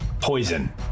Poison